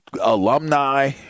alumni